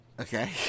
Okay